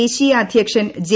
ദേശീയ അധ്യക്ഷൻ ജെ